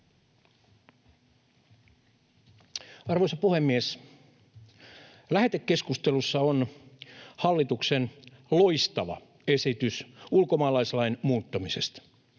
Arvoisa puhemies! Lähetekeskustelussa on hallituksen loistava esitys ulkomaalaislain muuttamisesta.